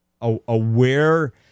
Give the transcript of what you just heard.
aware